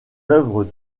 œuvres